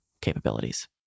capabilities